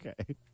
Okay